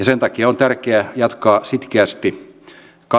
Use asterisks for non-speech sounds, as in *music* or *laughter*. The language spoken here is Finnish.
*unintelligible* sen takia on tärkeä jatkaa sitkeästi